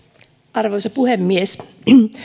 arvoisa puhemies